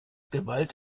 gewalt